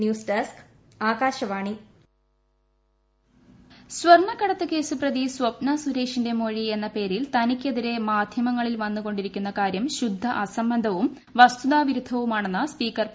news desk Akashvani speaker സ്വർണ്ണക്കടത്ത് case പ്രതി സ്വപ്ന സുരേഷിന്റെ മൊഴി എന്ന പേരിൽ തനിക്കെതിരെ മാധ്യമങ്ങളിൽ വ്യന്റുകൊണ്ടിരിക്കുന്ന കാര്യം ശുദ്ധ അസംബന്ധവും വസ്തുതാ പ്രിരൂദ്ധ്വുമാണെന്ന് സ്പീക്കർ പി